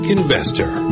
Investor